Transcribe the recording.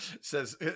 says